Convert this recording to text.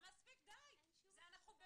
משרד